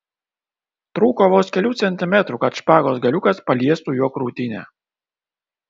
trūko vos kelių centimetrų kad špagos galiukas paliestų jo krūtinę